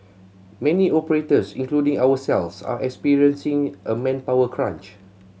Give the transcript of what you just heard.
many operators including ourselves are experiencing a manpower crunch